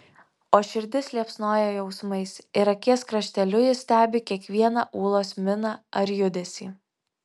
o širdis liepsnoja jausmais ir akies krašteliu jis stebi kiekvieną ūlos miną ar judesį